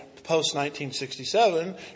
Post-1967